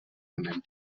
women